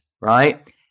right